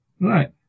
right